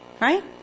right